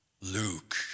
Luke